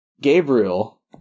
Gabriel